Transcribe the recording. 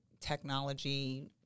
technology